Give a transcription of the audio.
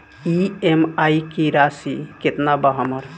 EMI की राशि केतना बा हमर?